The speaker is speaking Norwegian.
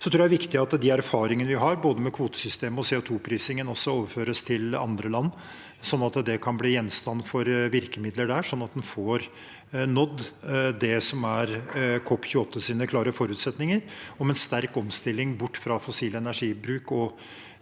det er viktig at de erfaringene vi har med både kvotesystemet og CO2-prisingen, også overføres til andre land, sånn at de kan bli gjenstand for virkemidler der, så en når COP28s klare forutsetninger om en sterk omstilling bort fra fossil energibruk og